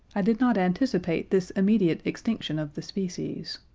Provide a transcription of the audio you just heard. i did not anticipate this immediate extinction of the species.